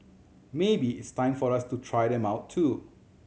maybe it's time for us to try them out too